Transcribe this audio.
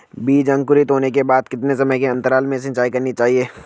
बीज अंकुरित होने के बाद कितने समय के अंतराल में सिंचाई करनी चाहिए?